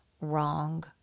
wrong